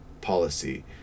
policy